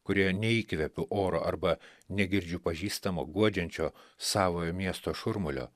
kurioje neįkvėpiau oro arba negirdžiu pažįstamo guodžiančio savojo miesto šurmulio